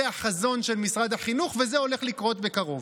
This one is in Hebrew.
זה החזון של משרד החינוך, וזה הולך לקרות בקרוב.